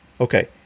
Okay